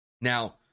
Now